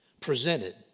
presented